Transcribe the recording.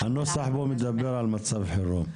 הנוסח לא מדבר על מצב חירום.